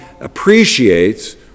appreciates